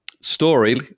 story